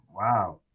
wow